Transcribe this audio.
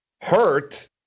hurt